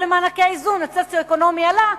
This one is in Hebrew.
למענקי האיזון המעמד הסוציו-אקונומי עלה,